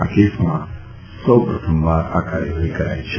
આ કેસમાં આ સૌપ્રથમવાર કાર્યવાફી કરાઈ છે